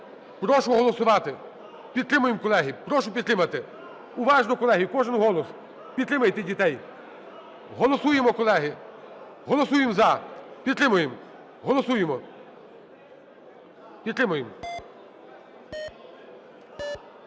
Прошу голосувати. Підтримаємо, колеги! Прошу підтримати. Уважно, колеги, кожен голос! Підтримайте дітей. Голосуємо, колеги, голосуємо "за". Підтримуємо! Голосуємо. Підтримуємо.